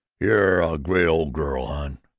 you're a great old girl, hon!